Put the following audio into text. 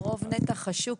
רוב נתח השוק,